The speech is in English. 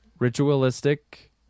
ritualistic